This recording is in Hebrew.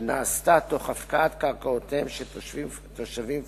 שנעשתה תוך הפקעת קרקעותיהם של תושבים פלסטינים.